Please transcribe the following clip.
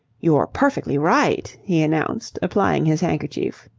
you're perfectly right, he announced, applying his handkerchief.